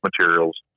materials